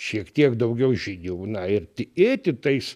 šiek tiek daugiau žinių na ir tikėti tais